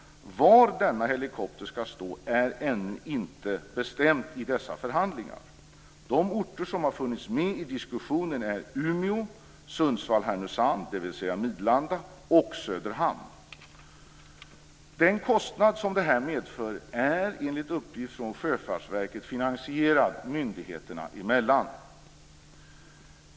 Var denna helikopter skall finnas är ännu inte bestämt i dessa förhandlingar. De orter som funnits med i diskussionen är Umeå, Sundsvall/Härnösand, dvs. Midlanda, och Söderhamn. Den kostnad som det här medför är enligt uppgift från Sjöfartsverkets finansierad myndigheterna emellan.